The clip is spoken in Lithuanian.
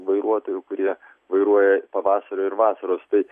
vairuotojų kurie vairuoja pavasario ir vasaros tai